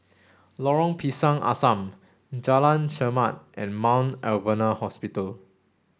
Lorong Pisang Asam Jalan Chermat and Mount Alvernia Hospital